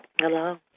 Hello